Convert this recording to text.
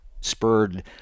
spurred